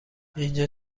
اینجا